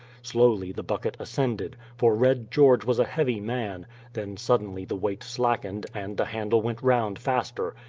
slowly the bucket ascended, for red george was a heavy man then suddenly the weight slackened, and the handle went round faster.